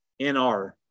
NR